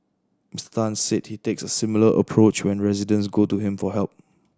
Miss Tan said he takes a similar approach when residents go to him for help